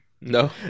No